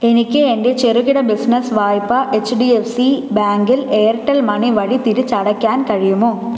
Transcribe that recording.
എനിക്ക് എന്റെ ചെറുകിട ബിസിനസ് വായ്പ എച്ച് ഡി എഫ് സി ബാങ്കിൽ എയർടെൽ മണി വഴി തിരിച്ചടയ്ക്കാൻ കഴിയുമോ